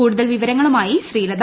കൂടുതൽ വിവരങ്ങളുമായി ശ്രീലത